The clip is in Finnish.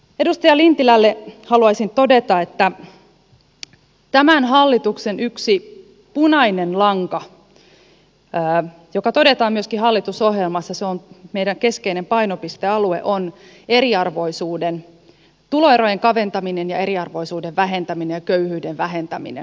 edustaja lintilälle haluaisin todeta että tämän hallituksen yksi punainen lanka joka todetaan myöskin hallitusohjelmassa se on meidän keskeinen painopistealueemme on tuloerojen kaventaminen ja eriarvoisuuden vähentäminen ja köyhyyden vähentäminen